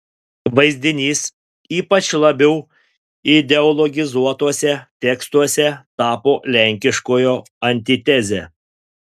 vaizdinys ypač labiau ideologizuotuose tekstuose tapo lenkiškojo antiteze